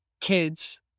kids